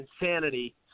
insanity